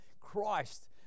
Christ